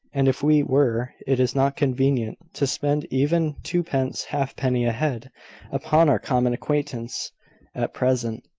and if we were, it is not convenient to spend even twopence-halfpenny a-head upon our common acquaintance at present.